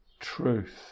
truth